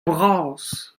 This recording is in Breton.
bras